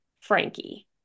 Frankie